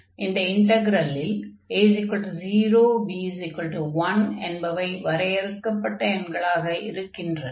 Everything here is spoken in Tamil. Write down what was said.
இந்த இன்டக்ரலில் a 0 b 1 என்பவை வரையறுக்கப்பட்ட எண்களாக இருக்கின்றன